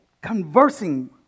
conversing